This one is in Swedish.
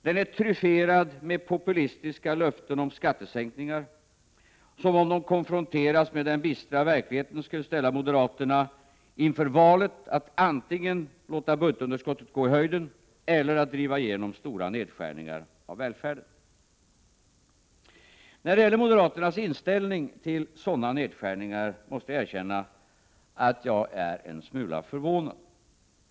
Den är tryfferad med populistiska löften om skattesänkningar — som, om de konfronteras med den bistra verkligheten, skulle ställa moderaterna inför valet att antingen låta budgetunderskottet gå i höjden eller att driva igenom stora nedskärningar av välfärden. När det gäller moderaternas inställning till sådana nedskärningar måste jag erkänna att jag är en smula förvånad.